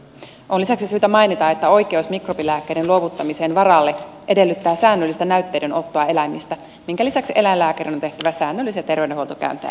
on lisäksi syytä mainita että oikeus mikrobilääkkeiden luovuttamiseen varalle edellyttää säännöllistä näytteidenottoa eläimistä minkä lisäksi eläinlääkärin on tehtävä säännöllisiä terveydenhuoltokäyntejä eläintenpitopaikassa